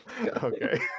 Okay